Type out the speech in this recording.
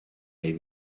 they